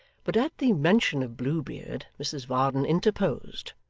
but at the mention of blue beard mrs varden interposed,